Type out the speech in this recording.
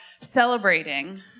celebrating